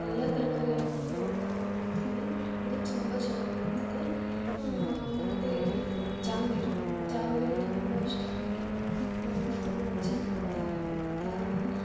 ಎಲ್ಲ ತರಕಾರಿ ಹಾಕ್ಬಿಟ್ಟು ಒಂದು ಪಲಾವ್ ಮಾಡ್ತೀವಿ ಅದು ಚುಂಬ ಚೆನ್ನಾಗಿರುತ್ತದೆ ಮತ್ತು ಇದು ಜಾಂಗೀರು ಜಾಂಗೀರು ತುಂಬ ಇಷ್ಟ ನನಗೆ ಅದನ್ನು ಅಜ್ಜಿ ಮಾಡ್ತಾರೆ ಎಂಥ